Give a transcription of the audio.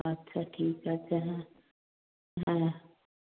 আচ্ছা ঠিক আছে হ্যাঁ হ্যাঁ